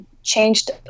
changed